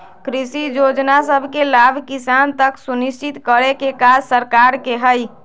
कृषि जोजना सभके लाभ किसान तक सुनिश्चित करेके काज सरकार के हइ